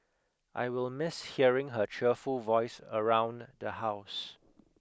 I will miss hearing her cheerful voice around the house